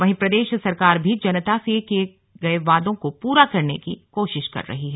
वहीं प्रदेश सरकार भी जनता से किये गये वादों को पूरा करने की कोशिश कर रही है